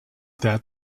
that